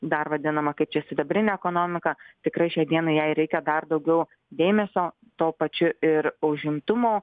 dar vadinama kaip čia sidabrinė ekonomika tikrai šiai dienai jai reikia dar daugiau dėmesio tuo pačiu ir užimtumo